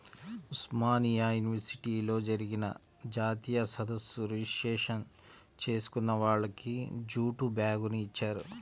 ఉస్మానియా యూనివర్సిటీలో జరిగిన జాతీయ సదస్సు రిజిస్ట్రేషన్ చేసుకున్న వాళ్లకి జూటు బ్యాగుని ఇచ్చారు